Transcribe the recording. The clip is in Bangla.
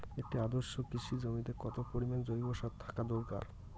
একটি আদর্শ কৃষি জমিতে কত পরিমাণ জৈব সার থাকা দরকার?